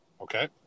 okay